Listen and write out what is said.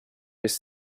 his